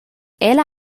ella